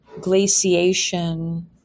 glaciation